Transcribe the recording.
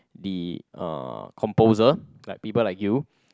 the uh composer like people like you